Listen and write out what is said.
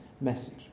message